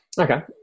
Okay